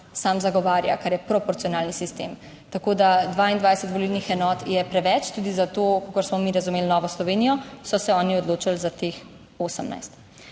sam zagovarja, kar je proporcionalni sistem. Tako da 22 volilnih enot je preveč. Tudi zato, kakor smo mi razumeli Novo Slovenijo, so se oni odločili za teh 18.